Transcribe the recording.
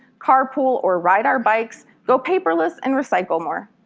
carpool or ride our bikes, go paperless and recycle more.